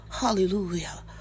Hallelujah